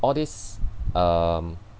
all this um